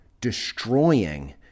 destroying